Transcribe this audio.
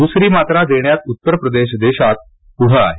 दुसरी मात्रा देण्यात उत्तर प्रदेश देशात पुढं आहे